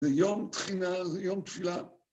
זה יום תחינה, זה יום תפילה.